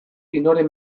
inoren